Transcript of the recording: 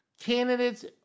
Candidates